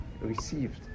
received